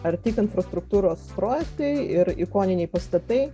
ar tik infrastruktūros projektai ir ikoniniai pastatai